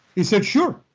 he said, sure!